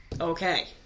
Okay